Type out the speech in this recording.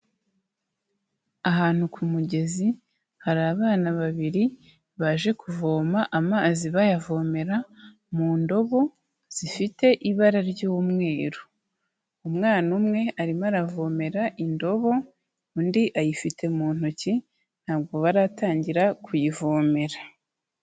Ahantu ku mugezi, hari abana babiri baje kuvoma amazi bayavomera mu ndobo zifite ibara ry'umweru. Umwana umwe arimo aravomera indobo, undi ayifite mu ntoki, ntabwo baratangira kuyivomera.